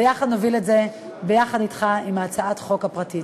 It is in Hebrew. ביחד נוביל את זה, ביחד אתך, עם הצעת החוק הפרטית.